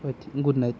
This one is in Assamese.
হয় ঠিক গুড নাইট